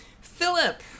Philip